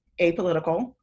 apolitical